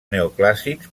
neoclàssics